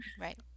Right